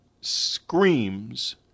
screams